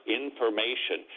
information